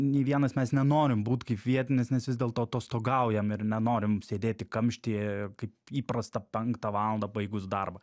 nei vienas mes nenorim būt kaip vietinis nes vis dėlto atostogaujam ir nenorim sėdėti kamštyje kaip įprasta penktą valandą baigus darbą